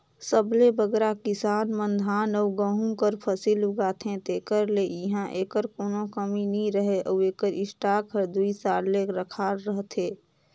सबले बगरा किसान मन धान अउ गहूँ कर फसिल उगाथें तेकर ले इहां एकर कोनो कमी नी रहें अउ एकर स्टॉक हर दुई साल ले रखाल रहथे